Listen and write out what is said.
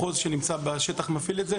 שנמצא בשטח ומפעיל את זה.